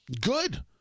Good